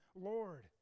Lord